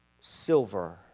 silver